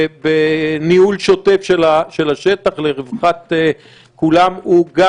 בניהול שוטף של השטח לרווחת כולם הוא גם